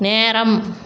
நேரம்